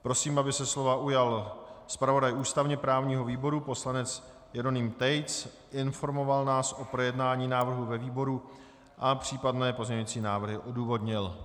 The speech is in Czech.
Prosím, aby se slova ujal zpravodaj ústavněprávního výboru poslanec Jeroným Tejc, informoval nás o projednání návrhu ve výboru a případné pozměňující návrhy odůvodnil.